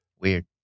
weird